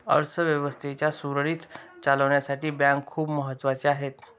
अर्थ व्यवस्थेच्या सुरळीत चालण्यासाठी बँका खूप महत्वाच्या आहेत